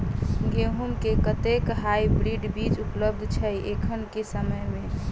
गेंहूँ केँ कतेक हाइब्रिड बीज उपलब्ध छै एखन केँ समय मे?